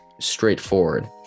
straightforward